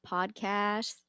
Podcast